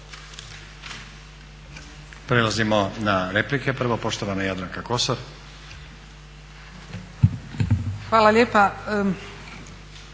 Prelazimo na replike. Prvo poštovana Jadranka Kosor. **Kosor,